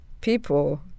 people